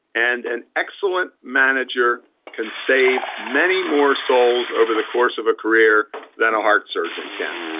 and an excellent manager can save many more souls over the course of a career than a heart surgeon can.